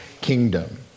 kingdom